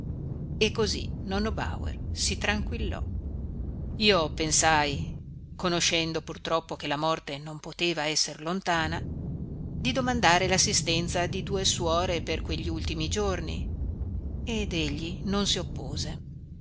e così nonno bauer si tranquillò io pensai conoscendo purtroppo che la morte non poteva esser lontana di domandare lassistenza di due suore per quegli ultimi giorni ed egli non si oppose